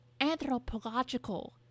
anthropological